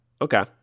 Okay